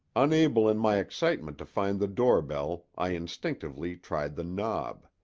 unable in my excitement to find the doorbell i instinctively tried the knob.